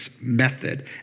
method